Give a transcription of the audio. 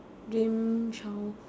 dream child